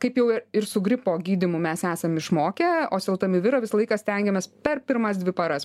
kaip jau ir su gripo gydymu mes esam išmokę oseltamivirą visą laiką stengiamės per pirmas dvi paras